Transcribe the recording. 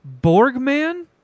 Borgman